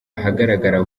ahagaragara